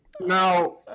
Now